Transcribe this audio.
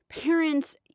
parents